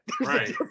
Right